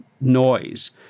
noise